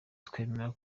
twemera